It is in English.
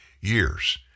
years